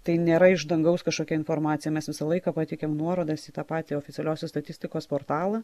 tai nėra iš dangaus kažkokia informacija mes visą laiką pateikiam nuorodas į tą patį oficialiosios statistikos portalą